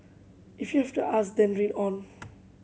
if you have to ask then read on